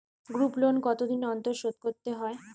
Group loan কতদিন অন্তর শোধকরতে হয়?